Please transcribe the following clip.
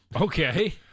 Okay